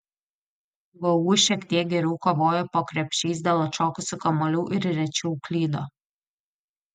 vu šiek tiek geriau kovojo po krepšiais dėl atšokusių kamuolių ir rečiau klydo